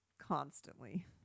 Constantly